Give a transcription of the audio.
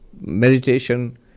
meditation